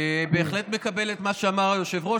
אני בהחלט מקבל את מה שאמר היושב-ראש.